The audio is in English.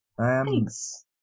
Thanks